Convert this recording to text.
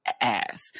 ass